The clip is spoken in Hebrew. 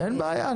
אין בעיה.